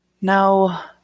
No